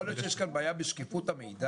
יכול להיות שיש כאן בעיה בשקיפות המידע?